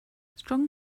strong